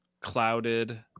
clouded